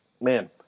man